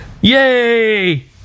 Yay